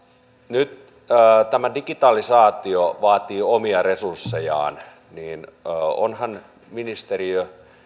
nyt kun tämä digitalisaatio vaatii omia resurssejaan niin ovathan ministeriö